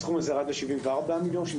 הסכום הזה ירד ל-74 מיליון שקל,